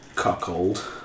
cuckold